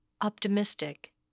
optimistic